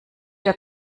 der